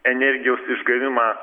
energijos išgavimą